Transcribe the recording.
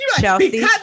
Chelsea